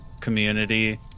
community